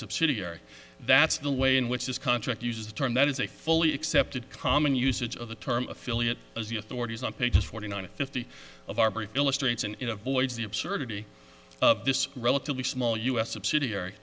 subsidiary that's the way in which this contract uses the term that is a fully accepted common usage of the term affiliate as the authorities on pages forty nine of fifty of our brief illustrates and voids the absurdity of this relatively small us subsidiary